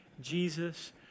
Jesus